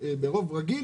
ברוב רגיל